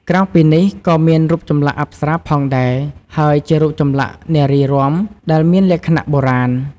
ក្រៅពីនេះ ក៏មានរូបចម្លាក់អប្សារាផងដែរ ហើយជារូបចម្លាក់នារីរាំ ដែលមានលក្ខណៈបុរាណ។